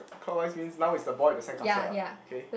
clockwise means now is the boy with the sandcastle what okay